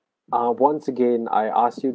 ah once again I ask you